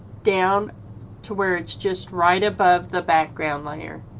down to where it's just right above the background layer.